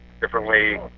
differently